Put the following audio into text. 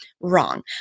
Wrong